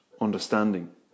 understanding